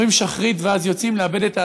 אומרים שחרית ואז יוצאים לעבד את האדמה,